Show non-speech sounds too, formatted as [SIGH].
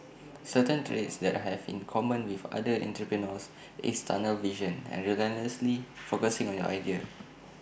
certain traits that have had in common with other entrepreneurs is tunnel vision and relentlessly [NOISE] focusing on your idea